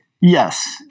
yes